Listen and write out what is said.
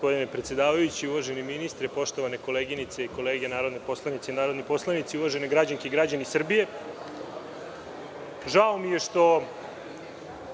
predsedavajući, uvaženi ministre, poštovane koleginice i kolege narodne poslanice i narodni poslanici, uvažene građanke i građani Srbije, žao mi je što